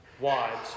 Wives